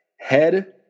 head